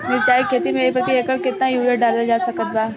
मिरचाई के खेती मे प्रति एकड़ केतना यूरिया डालल जा सकत बा?